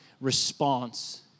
response